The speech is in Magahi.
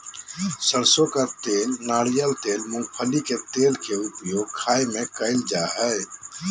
सरसों का तेल नारियल तेल मूंगफली के तेल के उपयोग खाय में कयल जा हइ